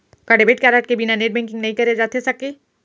का debit card के बिना नेट बैंकिंग नई करे जाथे सके?